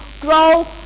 grow